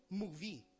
movie